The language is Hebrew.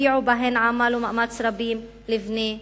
השקיעו בהן עמל ומאמץ רבים לבני משפחותיהן.